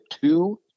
two